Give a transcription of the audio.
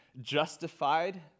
justified